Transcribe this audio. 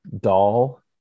doll